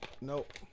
Nope